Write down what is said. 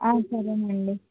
సరే అండి